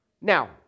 Now